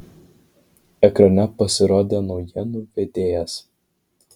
ekrane pasirodė naujienų vedėjas